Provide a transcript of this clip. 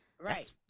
Right